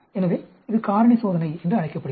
எனவே இது காரணி சோதனை என்று அழைக்கப்படுகிறது